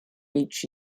each